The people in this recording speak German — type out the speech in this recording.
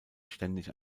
ständig